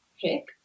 pick